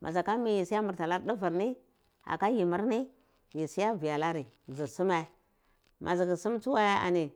ma dzaka mi ni kal siya minta nar duver ni abayim rni yi siya vi alari dzu sume ma dzuku sum tsuwai ani